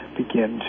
begin